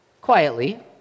quietly